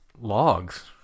logs